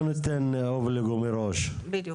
גם